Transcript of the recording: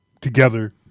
together